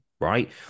Right